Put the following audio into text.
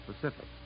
Pacific